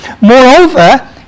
Moreover